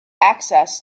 access